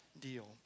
deal